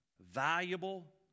valuable